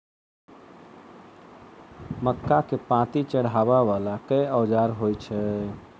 मक्का केँ पांति चढ़ाबा वला केँ औजार होइ छैय?